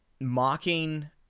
mocking